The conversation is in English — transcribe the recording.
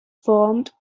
formed